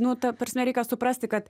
nu ta prasme reikia suprasti kad